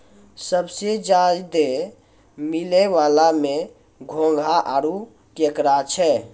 सबसें ज्यादे मिलै वला में घोंघा आरो केकड़ा छै